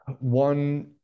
one